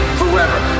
forever